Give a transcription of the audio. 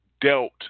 dealt